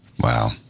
Wow